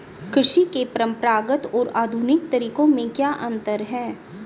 कृषि के परंपरागत और आधुनिक तरीकों में क्या अंतर है?